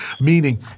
Meaning